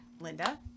Linda